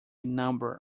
number